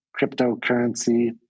cryptocurrency